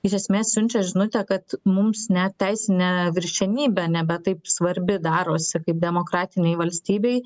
iš esmės siunčia žinutę kad mums net teisinė viršenybė nebe taip svarbi darosi kaip demokratinei valstybei